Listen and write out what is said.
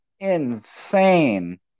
Insane